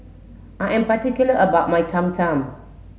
I am particular about my Cham Cham